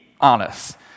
honest